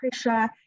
pressure